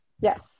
Yes